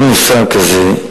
אין מושג כזה.